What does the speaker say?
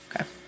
Okay